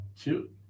Cute